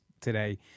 today